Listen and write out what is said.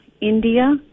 India